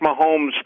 Mahomes